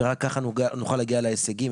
ורק ככה נוכל להגיע להישגים.